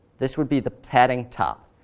this would be the padding top.